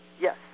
Yes